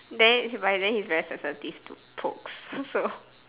then but then he's very sensitive to pokes so